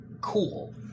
cool